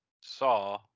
saw